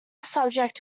subject